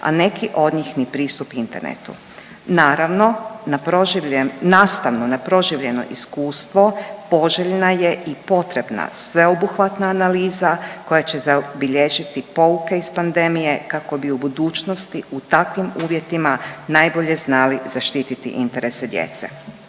a neki od njih ni pristup internetu. Naravno na proživljen, nastavno na proživljeno iskustvo poželjna je i potrebna sveobuhvatna analiza koja će zabilježiti pouke iz pandemije kako bi u budućnosti u takvim uvjetima najbolje znali zaštiti interese djece.